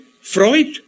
Freud